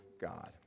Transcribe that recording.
God